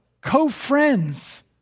co-friends